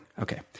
Okay